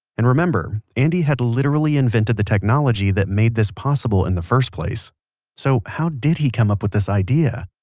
and remember, andy had literally invented the technology that made this possible in the first place so how did he come up with this idea?